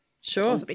Sure